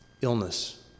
illness